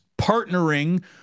partnering